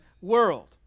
world